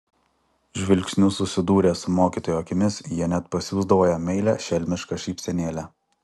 žvilgsniu susidūrę su mokytojo akimis jie net pasiųsdavo jam meilią šelmišką šypsenėlę